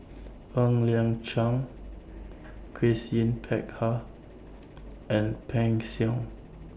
Ng Liang Chiang Grace Yin Peck Ha and Peng Siong